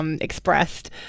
expressed